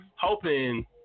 hoping